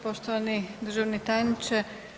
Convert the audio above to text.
Poštovani državni tajniče.